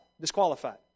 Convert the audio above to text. disqualified